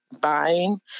buying